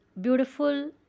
beautiful